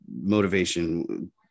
motivation